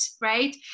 right